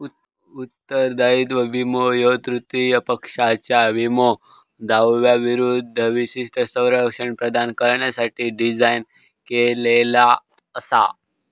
उत्तरदायित्व विमो ह्यो तृतीय पक्षाच्यो विमो दाव्यांविरूद्ध विशिष्ट संरक्षण प्रदान करण्यासाठी डिझाइन केलेला असा